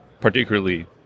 particularly